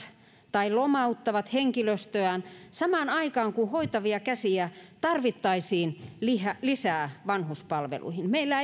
tai lomauttavat henkilöstöään samaan aikaan kun hoitavia käsiä tarvittaisiin lisää lisää vanhuspalveluihin meillä